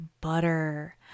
butter